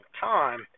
time